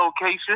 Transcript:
location